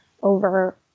over